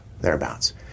thereabouts